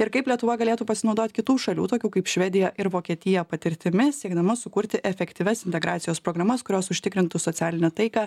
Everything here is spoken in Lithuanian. ir kaip lietuva galėtų pasinaudot kitų šalių tokių kaip švedija ir vokietija patirtimi siekdama sukurti efektyvias integracijos programas kurios užtikrintų socialinę taiką